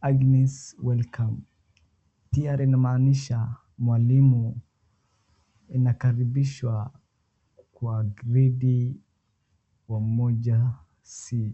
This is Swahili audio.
Agnes welcome . Tr inamaanisha mwalimu inakaribishwa kwa gredi wa moja c.